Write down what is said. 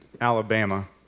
Alabama